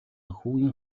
хүүгийн